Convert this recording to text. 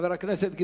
חבר הכנסת נסים זאב,